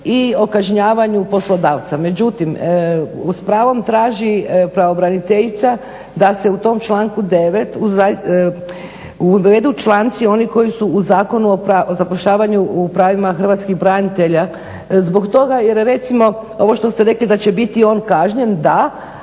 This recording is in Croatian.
i o kažnjavanju poslodavca. Međutim, s pravom traži pravobraniteljica da se u tom članku 9. uvedu članci oni koji su u Zakonu o zapošljavanju u pravima hrvatskih branitelja, zbog toga jer recimo ovo što ste rekli da će biti on kažnjen da,